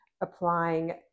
applying